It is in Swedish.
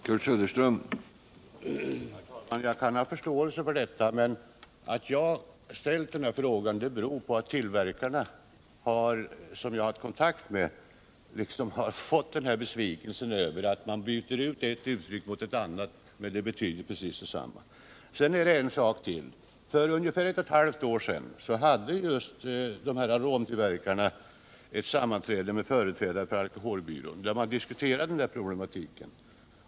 Herr talman! Jag kan ha förståelse för det. Anledningen till att jag ställde denna fråga är att tillverkarna, som jag har 'varit i kontakt med, har blivit besvikna över att man byter ut ett uttryck mot ett annat när de betyder precis detsamma. För ungefär ett och ett halvt år sedan hade just de här aromtillverkarna ett sammanträde med företrädare för alkoholbyrån, där man diskuterade den här problematiken.